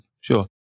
Sure